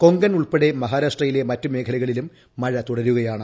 കൊങ്കൺ ഉൾപ്പെടെ മഹാരാഷ്ട്രയിലെ മറ്റ് മേഖലകളിലും മഴ തുടരുകയാണ്